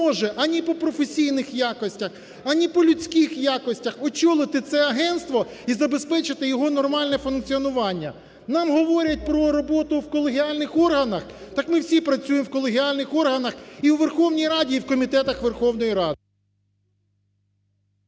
ані по професійних якостях, ані по людських якостях очолити це агентство і забезпечити його нормальне функціонування. Нам говорять про роботу в колегіальних органах, так ми всі працюємо в колегіальних органах і у Верховній Раді, і в комітетах Верховної Ради…